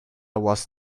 was